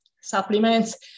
supplements